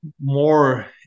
more